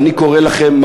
ואני קורא לכם,